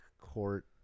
court